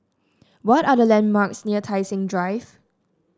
what are the landmarks near Tai Seng Drive